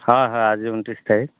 হয় হয় আজি ঊনত্ৰিছ তাৰিখ